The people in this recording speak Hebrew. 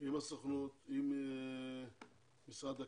עם משרד הקליטה,